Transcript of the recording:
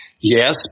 yes